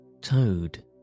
Toad